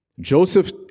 joseph